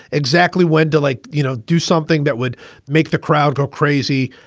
exactly. went to like, you know, do something that would make the crowd go crazy.